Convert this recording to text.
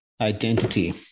Identity